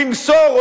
למסור,